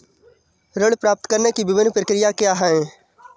ऋण प्राप्त करने की विभिन्न प्रक्रिया क्या हैं?